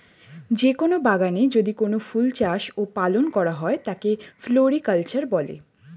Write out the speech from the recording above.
যে কোন বাগানে যদি কোনো ফুল চাষ ও পালন করা হয় তাকে ফ্লোরিকালচার বলে